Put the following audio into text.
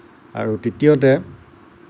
আৰু তৃতীয়তে